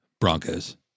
Broncos